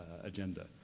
agenda